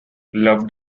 love